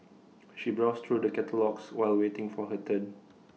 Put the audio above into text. she browsed through the catalogues while waiting for her turn